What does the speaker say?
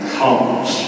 comes